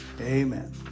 Amen